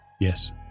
yes